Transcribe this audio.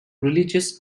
religious